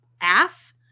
ass